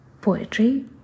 poetry